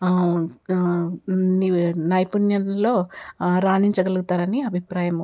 ని నైపుణ్యంలో రాణించగలుగుతారని అభిప్రాయము